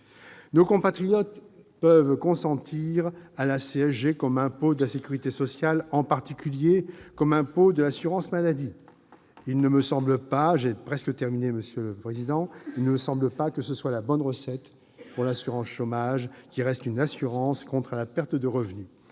Nos compatriotes peuvent consentir à la CSG comme impôt de la sécurité sociale, en particulier comme impôt de l'assurance maladie. Il ne me semble pas que ce soit la bonne recette pour l'assurance chômage qui reste une assurance contre la perte de revenus.